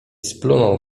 splunął